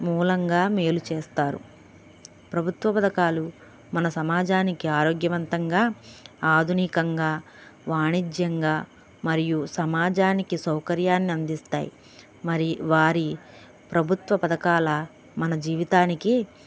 మూలంగా మేలు చేస్తారు ప్రభుత్వ పథకాలు మన సమాజానికి ఆరోగ్యవంతంగా ఆధునికంగా వాణిజ్యంగా మరియు సమాజానికి సౌకర్యాన్ని అందిస్తాయి మరి వారి ప్రభుత్వ పథకాల మన జీవితానికి